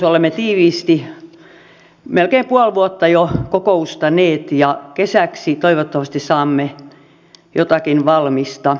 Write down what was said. olemme tiiviisti melkein puoli vuotta jo kokoustaneet ja kesäksi toivottavasti saamme jotakin valmista